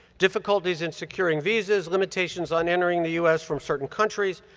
difficulties in securing visas, limitations on entering the us from certain countries,